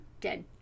dead